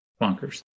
bonkers